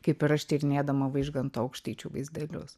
kaip ir aš tyrinėdama vaižganto aukštaičių vaizdelius